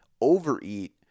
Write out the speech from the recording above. overeat